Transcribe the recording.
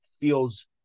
feels